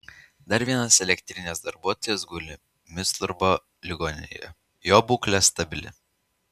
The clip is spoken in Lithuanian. dar vienas elektrinės darbuotojas guli midlsbro ligoninėje jo būklė stabili